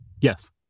Yes